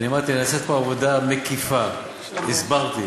אמרתי, נעשית פה עבודה מקיפה, הסברתי.